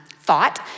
thought